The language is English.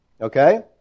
Okay